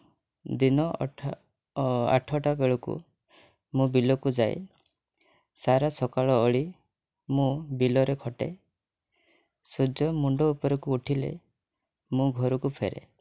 ଦିନ ଆଠଟା ବେଳକୁ ମୁଁ ବିଲକୁ ଯାଏ ସାରା ସକାଳ ଓଳି ମୁଁ ବିଲରେ ଖଟେ ସୂର୍ଯ୍ୟ ମୁଣ୍ଡଉପରକୁ ଉଠିଲେ ମୁଁ ଘରକୁ ଫେରେ